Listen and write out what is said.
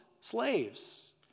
slaves